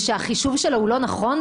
והחישוב שלו הוא לא נכון,